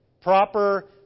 Proper